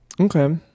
Okay